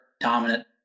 dominant